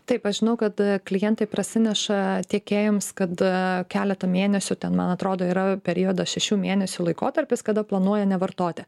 taip aš žinau kad klientai prasineša tiekėjams kada keletą mėnesių ten man atrodo yra periodas šešių mėnesių laikotarpis kada planuoja nevartoti